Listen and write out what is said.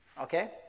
Okay